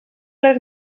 les